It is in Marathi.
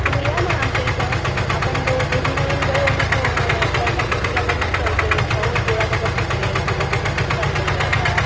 तुम्ही या मग आमच्या इथे आणि आपण दो दोघी मिळून जाऊ आणि बैलाची पूजा करू ते पाहू पोळा कसा फुटते तिथे इथे खूप सारे बैलं येता